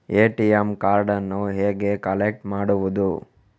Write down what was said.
ATM ಕಾರ್ಡನ್ನು ಹೇಗೆ collect ಮಾಡುವುದು?